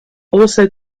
also